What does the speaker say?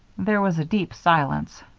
there was a deep silence.